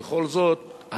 בכל זאת,